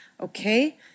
Okay